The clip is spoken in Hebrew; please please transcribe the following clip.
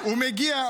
הוא מגיע,